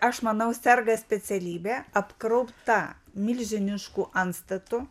aš manau serga specialybė apkraupta milžiniškų antstatų